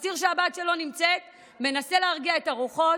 מסתיר שהבת שלו נמצאת, מנסה להרגיע את הרוחות,